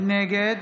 נגד